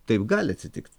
taip gali atsitikt